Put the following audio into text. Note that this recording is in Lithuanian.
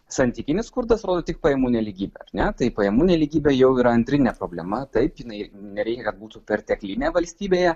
santykinis skurdas rodo tik pajamų nelygybę ar ne tai pajamų nelygybė jau yra antrinė problema taip jinai nereikia kad būtų perteklinė valstybėje